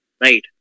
right